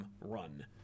run